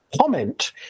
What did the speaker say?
comment